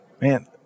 man